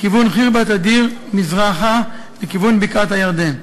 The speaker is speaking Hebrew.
מכיוון חרבת א-דיר מזרחה לכיוון בקעת-הירדן.